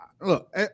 look